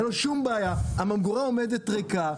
הממגורה עומדת ריקה.